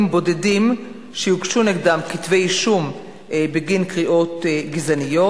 בודדים שיוגשו נגדם כתבי אישום בגין קריאות גזעניות,